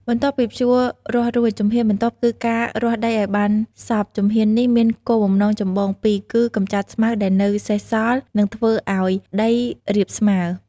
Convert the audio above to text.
បន្ទាប់ពីភ្ជួររាស់រួច ជំហានបន្ទាប់គឺការរាស់ដីឱ្យបានសព្វ ជំហាននេះមានគោលបំណងចម្បងពីរគឺ កម្ចាត់ស្មៅដែលនៅសេសសល់ និងធ្វើឱ្យដីរាបស្មើ។